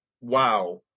wow